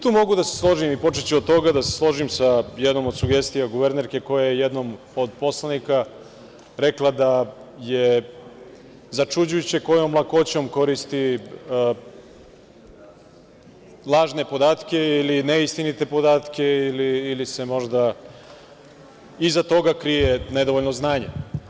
Tu mogu da se složim i počeću od toga da se složim sa jednom od sugestija guvernerke koja je jednom od poslanika rekla da je začuđujuće kojom lakoćom koristi lažne podatke ili neistinite podatke ili se možda iza toga krije nedovoljno znanje.